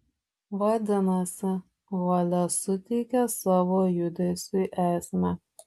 vadinasi valia suteikia savo judesiui esmę